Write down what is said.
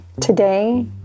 Today